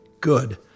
good